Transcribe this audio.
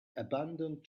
abandoned